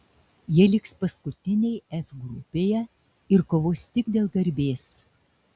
jie liks paskutiniai f grupėje ir kovos tik dėl garbės